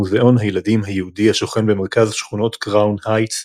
מוזיאון הילדים היהודי השוכן במרכז שכונת קראון הייטס,